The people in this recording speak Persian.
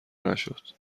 نشد